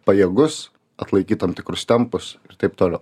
pajėgus atlaikyt tam tikrus tempus ir taip toliau